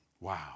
Wow